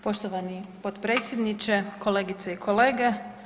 Poštovani potpredsjedniče, kolegice i kolege.